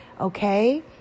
okay